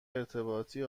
ارتباطی